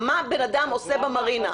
מה בן אדם עושה במרינה?